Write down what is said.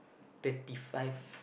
thirty five